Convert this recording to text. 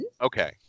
Okay